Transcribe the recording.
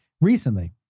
recently